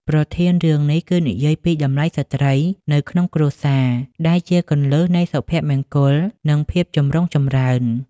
ប្រធានរឿងនេះគឺនិយាយពីតម្លៃស្ត្រីនៅក្នុងគ្រួសារ ដែលជាគន្លឹះនៃសុភមង្គល និងភាពចម្រុងចម្រើន។